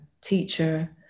teacher